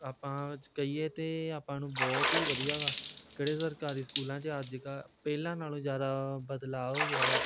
ਆਪਾਂ ਕਹੀਏ ਤਾਂ ਆਪਾਂ ਨੂੰ ਬਹੁਤ ਹੀ ਵਧੀਆ ਵਾ ਕਿਹੜੇ ਸਰਕਾਰੀ ਸਕੂਲਾਂ 'ਚ ਅੱਜ ਕ ਪਹਿਲਾਂ ਨਾਲੋਂ ਜ਼ਿਆਦਾ ਬਦਲਾਅ ਹੋ ਗਿਆ ਵਾ